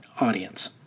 audience